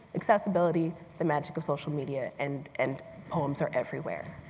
accessibility, the magic of social media, and and poems are everywhere.